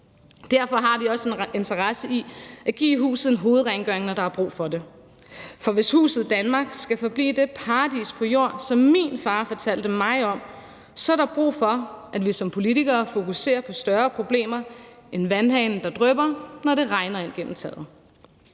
Derfor har vi også en interesse i at give huset en hovedrengøring, når der er brug for det. For hvis huset Danmark skal forblive det paradis på jord, som min far fortalte mig om, så er der brug for, at vi som politikere fokuserer på større problemer end den dryppende vandhane, når det regner ind gennem taget.